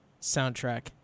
soundtrack